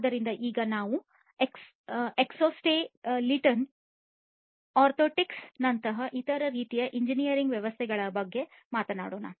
ಆದ್ದರಿಂದ ಈಗ ನಾವು ಎಕ್ಸೋಸ್ಕೆಲಿಟನ್ಗಳು ಆರ್ಥೋಟಿಕ್ಸ್ ನಂತಹ ಇತರ ರೀತಿಯ ಎಂಜಿನಿಯರಿಂಗ್ ವ್ಯವಸ್ಥೆಗಳ ಬಗ್ಗೆ ಮಾತನಾಡೋಣ